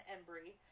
Embry